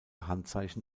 handzeichen